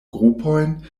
grupojn